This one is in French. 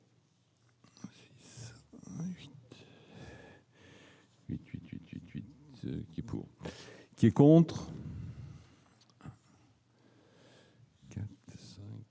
Qui est contre.